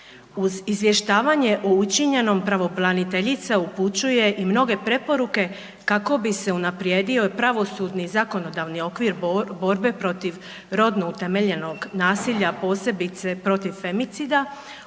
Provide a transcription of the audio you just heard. Uz izvještavanje o učinjenom pravobraniteljica upućuje i mnoge preporuke kako bi se unaprijedio i pravosudni zakonodavni okvir borbe protiv rodno utemeljenog nasilja, a posebice protiv femicida.